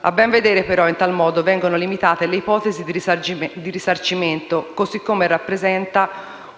A ben vedere, però, in tal modo vengono limitate le ipotesi di risarcimento, così come rappresenta